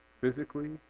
physically